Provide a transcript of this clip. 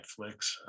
Netflix